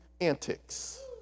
antics